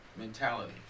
mentality